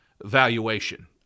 valuation